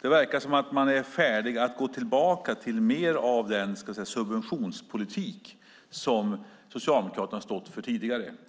Det verkar som om man är färdig att gå tillbaka till mer av den subventionspolitik som Socialdemokraterna har stått för tidigare.